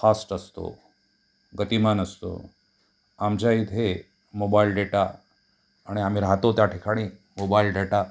fast असतो गतिमान असतो आमच्या इथे मोबाईल डेटा आणि आम्ही राहतो त्या ठिकाणी मोबाईल डेटा